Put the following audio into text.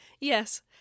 yes